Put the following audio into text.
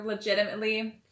legitimately